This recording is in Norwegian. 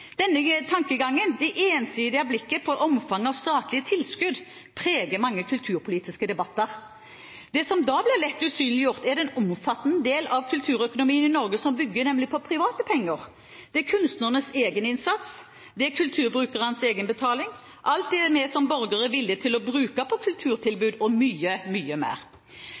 Denne tankegangen, det ensidige blikket på omfanget av statlige tilskudd, preger mange kulturpolitiske debatter. Det som da lett blir usynliggjort, er den omfattende delen av kulturøkonomien i Norge som bygger på private penger. Det er kunstnernes egen innsats, kulturbrukernes egenbetaling, alt det vi som borgere er villige til å bruke på kulturtilbud og mye mer.